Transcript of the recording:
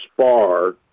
spar